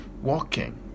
walking